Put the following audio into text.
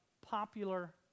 popular